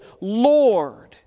Lord